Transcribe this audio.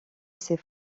ces